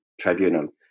Tribunal